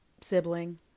sibling